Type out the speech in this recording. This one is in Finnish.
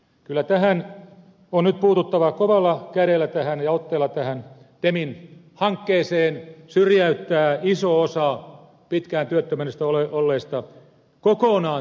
kyllä tähän on nyt puututtava kovalla kädellä ja otteella tähän temin hankkeeseen syrjäyttää iso osa pitkään työttömänä olleista kokonaan te toimistojen palvelujen ulkopuolelle